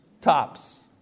tops